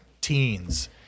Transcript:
teens